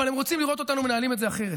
אבל הם רוצים לראות אותנו מנהלים את זה אחרת.